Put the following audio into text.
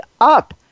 up